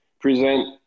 present